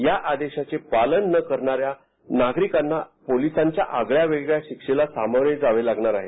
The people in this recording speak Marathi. या आदेशाचे पालन न करणाऱ्या नागरिकांना पोलिसांच्या आगळ्यावेगळ्या शिक्षेला सामोरे जावे लागणार आहे